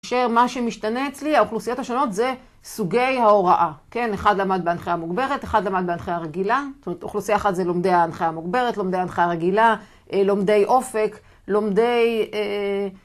כשמה שמשתנה אצלי, האוכלוסיות השונות זה סוגי ההוראה. כן? אחד למד בהנחייה מוגברת, אחד למד בהנחייה רגילה. זאת אומרת אוכלוסייה אחת זה לומדי ההנחייה המוגברת, לומדי ההנחייה הרגילה, לומדי אופק, לומדי...